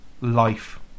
life